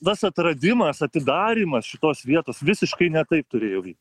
tas atradimas atidarymas šitos vietos visiškai ne taip turėjo vykt